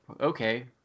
okay